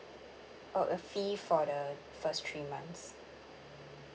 oh a fee for the first three months